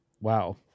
Wow